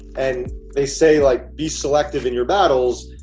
and they say like, be selective in your battles,